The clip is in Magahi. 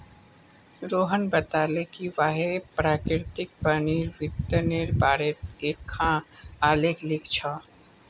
रोहण बताले कि वहैं प्रकिरतित पानीर वितरनेर बारेत एकखाँ आलेख लिख छ